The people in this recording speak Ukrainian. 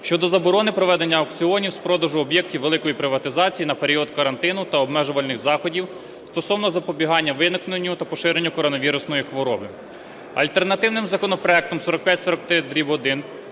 щодо заборони проведення аукціонів з продажу об'єктів великої приватизації на період карантину та обмежувальних заходів стосовно запобігання виникненню та поширенню коронавірусної хвороби.